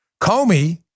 Comey